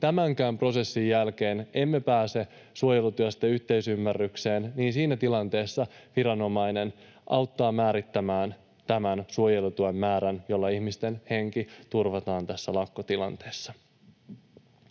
tämänkään prosessin jälkeen ei päästä suojelutyöstä yhteisymmärrykseen, niin siinä tilanteessa viranomainen auttaa määrittämään sen suojelutuen määrän, jolla ihmisten henki turvataan siinä lakkotilanteessa.